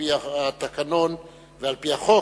על-פי התקנון ועל-פי החוק,